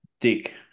Dick